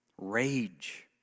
rage